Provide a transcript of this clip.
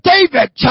David